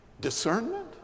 discernment